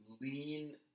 lean